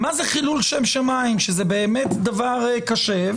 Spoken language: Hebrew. מה זה חילול שם שמיים שזה באמת דבר קשה.